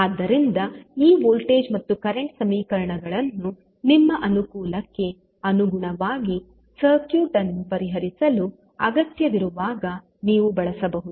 ಆದ್ದರಿಂದ ಈ ವೋಲ್ಟೇಜ್ ಮತ್ತು ಕರೆಂಟ್ ಸಮೀಕರಣಗಳನ್ನು ನಿಮ್ಮ ಅನುಕೂಲಕ್ಕೆ ಅನುಗುಣವಾಗಿ ಸರ್ಕ್ಯೂಟ್ ಅನ್ನು ಪರಿಹರಿಸಲು ಅಗತ್ಯವಿರುವಾಗ ನೀವು ಬಳಸಬಹುದು